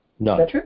No